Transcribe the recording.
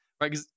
Right